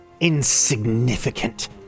insignificant